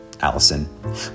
Allison